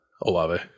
Olave